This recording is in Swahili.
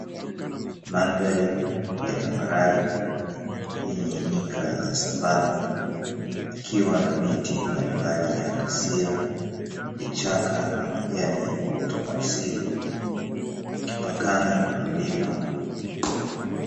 Madhari ya tambarare yenye nyika za savana, ikiwa na miti mbalimbali ya kasia, vichaka na majani ya uoto wa asili ikipakana na mlima.